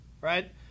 Right